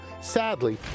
sadly